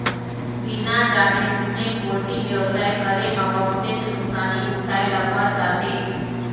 बिना जाने सूने पोल्टी बेवसाय करे म बहुतेच नुकसानी उठाए ल पर जाथे